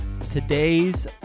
Today's